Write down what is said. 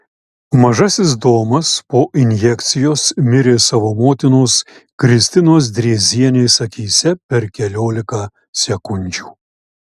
mažasis domas po injekcijos mirė savo motinos kristinos drėzienės akyse per keliolika sekundžių